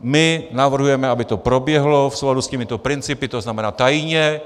My navrhujeme, aby to proběhlo v souladu s těmito principy, tzn. tajně.